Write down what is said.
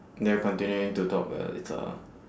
they're continuing to talk lah it's uh